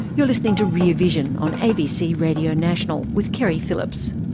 you're listening to rear vision on abc radio national, with keri phillips.